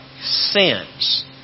sins